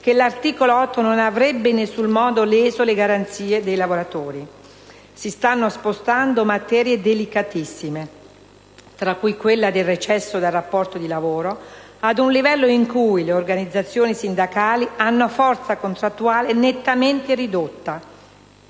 che l'articolo 8 non avrebbe in nessun modo leso le garanzie dei lavoratori. Si stanno spostando materie delicatissime, tra cui quella del recesso dal rapporto di lavoro, ad un livello in cui le organizzazioni sindacali hanno forza contrattuale nettamente ridotta.